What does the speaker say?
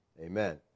Amen